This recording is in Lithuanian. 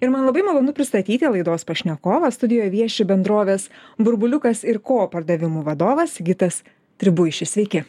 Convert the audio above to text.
ir man labai malonu pristatyti laidos pašnekovą studijoj vieši bendrovės burbuliukas ir ko pardavimų vadovas sigitas tribuišis sveiki